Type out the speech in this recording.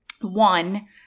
One